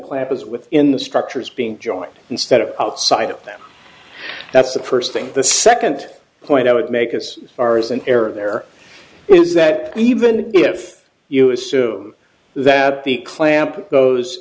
clashes with in the structures being joint instead of outside of that that's the first thing the second point i would make as far as an error there is that even if you assume that the clamp